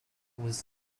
was